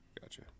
Gotcha